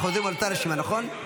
אנחנו חוזרים על אותה רשימה, נכון?